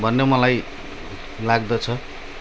भन्ने मलाई लाग्दछ